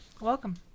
Welcome